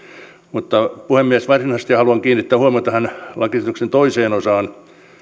mutta puhemies varsinaisesti haluan kiinnittää huomiota tähän lakiesityksen toiseen osaan